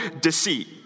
deceit